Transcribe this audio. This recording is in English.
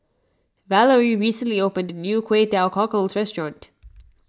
Valarie recently opened a new Kway Teow Cockles restaurant